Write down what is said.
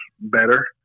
better